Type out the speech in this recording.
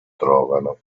trovano